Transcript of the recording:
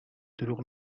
دروغ